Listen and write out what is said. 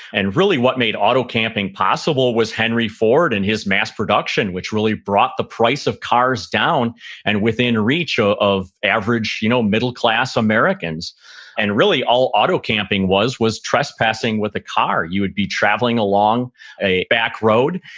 and really what made auto-camping auto-camping possible was henry ford and his mass production, which really brought the price of cars down and within reach ah of average, you know middle-class americans and really all auto-camping was was trespassing with a car. you would be traveling along a back road,